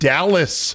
Dallas